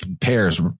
pairs